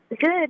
Good